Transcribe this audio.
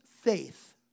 faith